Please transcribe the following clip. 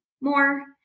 more